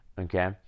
Okay